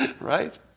right